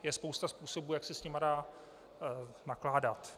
Je spousta způsobů, jak se s nimi dá nakládat.